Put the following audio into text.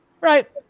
right